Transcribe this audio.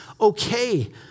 okay